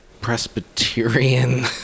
Presbyterian